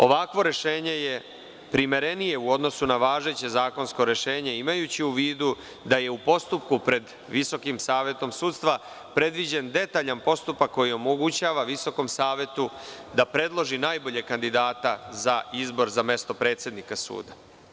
Ovakvo rešenje je primerenije u odnosu na važeće zakonsko rešenje, imajući u vidu da je u postupku pred Visokom savetu sudstva predviđen detaljan postupak koji omogućava Visokom savetu sudstva da predloži najboljeg kandidata za izbor za mesto predsednika suda.